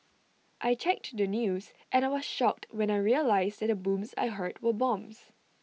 I checked the news and I was shocked when I realised that the booms I heard were bombs